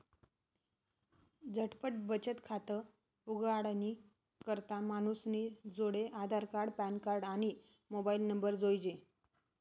झटपट बचत खातं उघाडानी करता मानूसनी जोडे आधारकार्ड, पॅनकार्ड, आणि मोबाईल नंबर जोइजे